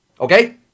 okay